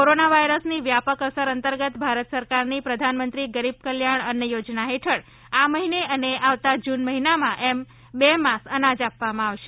corona વાઈરસની વ્યાપક અસર અંતર્ગત ભારત સરકારની પ્રધાનમંત્રી ગરીબ કલ્યાણ અન્ન યોજના હેઠળ આ મહીને અને આવતા જ્રૂન મહિનામાં એમ બે માસ અનાજ આપવામાં આવશે